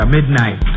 Midnight